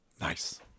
Nice